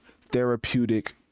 therapeutic